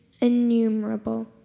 innumerable